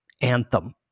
anthem